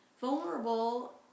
vulnerable